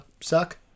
suck